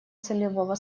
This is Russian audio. целевого